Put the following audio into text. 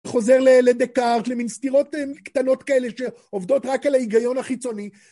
חוזר לדקארט למין סתירות קטנות כאלה שעובדות רק על ההיגיון החיצוני